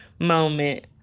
moment